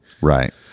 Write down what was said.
Right